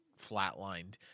flatlined